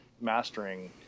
mastering